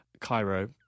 Cairo